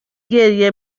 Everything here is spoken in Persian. گریه